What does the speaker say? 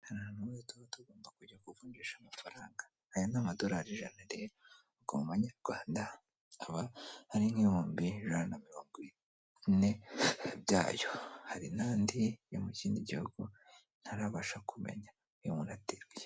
Hari abantu tuba tugomba kujya kuvunjisha amafaranga aya ni amadorari ijana ubwo muma nyarwanda aba ari nk'ibihumbi ijana na mirongo ine byayo hari n'andi yo mu kindi gihugu ntarabasha kumenya, uyu muntu ateruye.